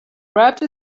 wrapped